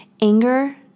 Anger